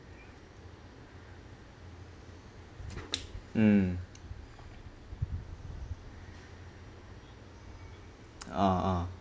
mm ah ah